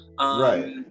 Right